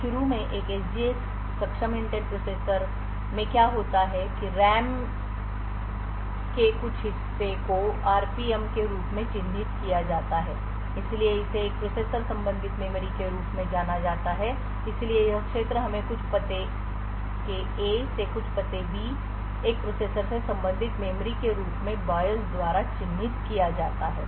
तो शुरू में एक SGX सक्षम इंटेल प्रोसेसर में क्या होता है कि RAM के कुछ हिस्से को PRM के रूप में चिह्नित किया जाता है इसलिए इसे एक प्रोसेसर संबंधित मेमोरी के रूप में जाना जाता है इसलिए यह क्षेत्र हमें कुछ पते के ए से कुछ पते बी एक प्रोसेसर से संबंधित मेमोरी के रूप में BIOS द्वारा चिह्नित किया जाता है